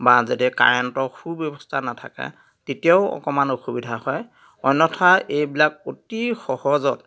বা যদি কাৰেণ্টৰ সু ব্যৱস্থা নাথাকে তেতিয়াও অকমান অসুবিধা হয় অন্যথা এইবিলাক অতি সহজত